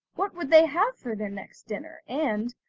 what would they have for their next dinner, and,